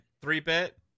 Three-bit